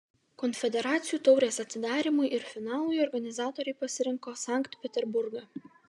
konfederacijų taurės atidarymui ir finalui organizatoriai pasirinko sankt peterburgą